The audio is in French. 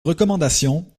recommandations